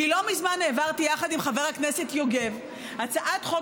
כי לא מזמן העברתי יחד עם חבר הכנסת יוגב הצעת חוק